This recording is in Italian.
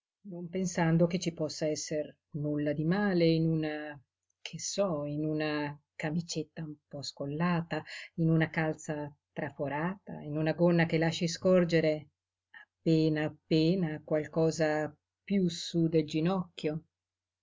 non pensando che ci possa esser nulla di male in una che so in una camicetta un po scollata in una calza traforata in una gonna che lasci scorgere appena appena qualcosa piú sú del ginocchio